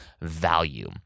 value